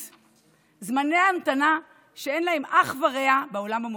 זמני המתנה שאין להם אח ורע בעולם המודרני.